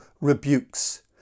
rebukes